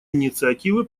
инициативы